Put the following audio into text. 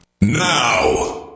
NOW